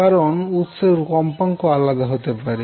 কারণ বিভিন্ন উৎসের কম্পাঙ্ক আলাদা হতে পারে